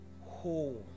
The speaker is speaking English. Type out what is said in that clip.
home